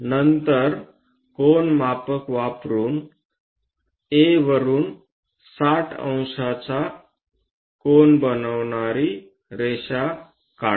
नंतर कोनमापक वापरून A वरून 600 चा कोन बनविणारी रेषा काढा